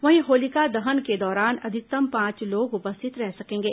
वहीं होलिका दहन के दौरान अधिकतम पांच लोग उपस्थित रह सकेंगे